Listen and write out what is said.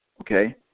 Okay